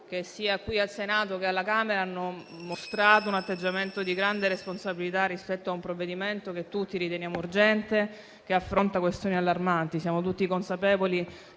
che, sia al Senato che alla Camera, hanno mostrato un atteggiamento di grande responsabilità rispetto a un provvedimento che tutti riteniamo urgente e affronta questioni allarmanti. Siamo tutti consapevoli